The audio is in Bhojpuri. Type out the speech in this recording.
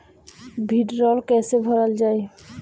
भीडरौल कैसे भरल जाइ?